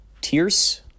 Tears